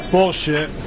Bullshit